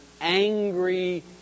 angry